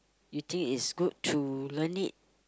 you think it's good to learn it